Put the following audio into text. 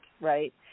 right